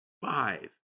five